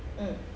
mm